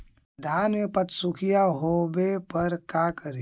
धान मे पत्सुखीया होबे पर का करि?